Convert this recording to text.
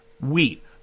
wheat